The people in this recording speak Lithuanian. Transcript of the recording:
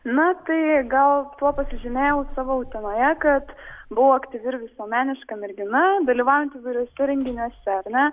na tai gal tuo pasižymėjau savo utenoje kad buvau aktyvi ir visuomeniška mergina dalyvaujanti įvairiuose renginiuose ar ne